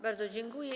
Bardzo dziękuję.